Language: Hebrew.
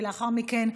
ולאחר מכן,